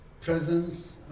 presence